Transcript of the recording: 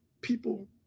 people